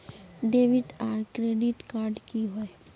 Debit आर credit card की होय?